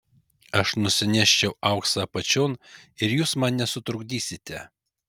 aš nusinešiau auksą apačion ir jūs man nesutrukdysite